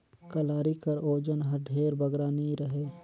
कलारी कर ओजन हर ढेर बगरा नी रहें